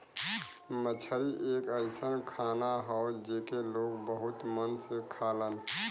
मछरी एक अइसन खाना हौ जेके लोग बहुत मन से खालन